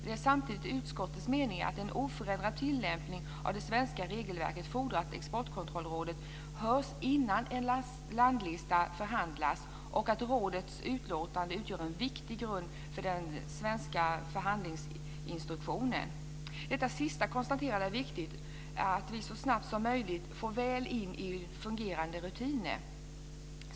Det är samtidigt utskottets mening att en oförändrad tillämpning av det svenska regelverket fordrar att Exportkontrollrådet hörs innan en landlista förhandlas och att rådets utlåtande utgör en viktig grund för den svenska förhandlingsinstruktionen. Detta sista konstaterande är viktigt. Det är viktigt att vi så snabbt som möjligt bör komma väl in i fungerande rutiner.